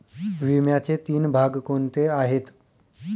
विम्याचे तीन भाग कोणते आहेत?